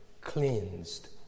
cleansed